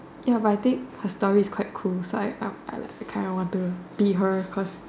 ya but I think her story is quite cool so I I I like kinda want to be her cause